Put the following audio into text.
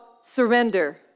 surrender